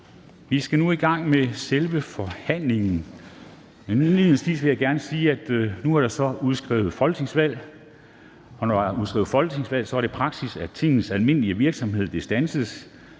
Vi skal nu i gang med selve forhandlingen, men indledningsvis vil jeg gerne sige, at nu er der så udskrevet folketingsvalg, og når der er udskrevet folketingsvalg, er det praksis, at Tingets almindelige virksomhed standses.